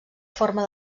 forma